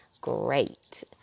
great